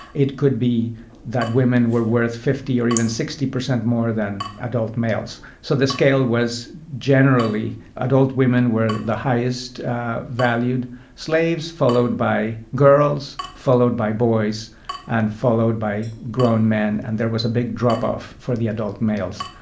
it could be that women were worth fifty or even sixty percent more than adult males. so the scale was generally adult women were the highest valued slaves, followed by girls, followed by boys and followed by grown men. and there was a big drop off for the adult males.